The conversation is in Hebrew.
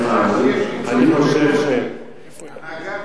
הנהגת ש"ס היא נשים.